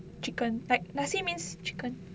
chicken like nasi means chicken